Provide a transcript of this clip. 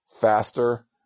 faster